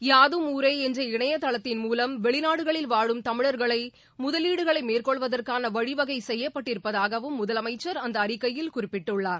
யாதும் ஊரே என்ற இணையதளத்தின் மூவம் வெளிநாடுகளில் வாழும் தமிழா்கள் முதவீடுகளை மேற்கொள்வதற்கான வழிவகை செய்யப்பட்டிருப்பதாகவும் அறிக்கையில் குறிப்பிட்டுள்ளார்